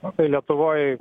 nu tai lietuvoj